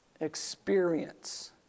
experience